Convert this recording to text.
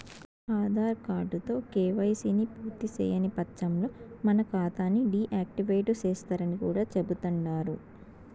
ఆదార్ కార్డుతో కేవైసీని పూర్తిసేయని వచ్చంలో మన కాతాని డీ యాక్టివేటు సేస్తరని కూడా చెబుతండారు